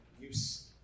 use